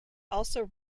also